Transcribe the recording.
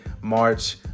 March